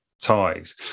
ties